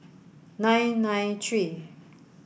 nine nine three